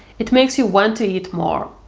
it makes you want to eat more.